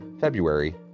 February